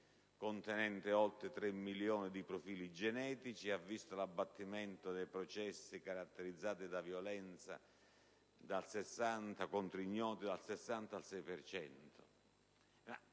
contenente oltre 3 milioni di profili genetici ha visto l'abbattimento dei processi caratterizzati da violenza contro ignoti dal 60 al 6